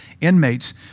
inmates